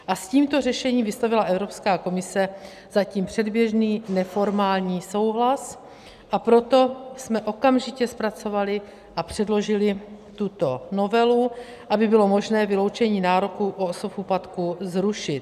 S tímto řešením vyslovila Evropská komise zatím předběžný neformální souhlas, a proto jsme okamžitě zpracovali a předložili tuto novelu, aby bylo možné vyloučení nároku u osob v úpadku zrušit.